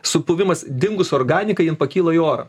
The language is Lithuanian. supuvimas dingus organikai jin pakyla į orą